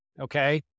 Okay